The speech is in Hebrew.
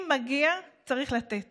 אם מגיע, צריך לתת